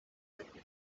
edge